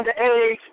underage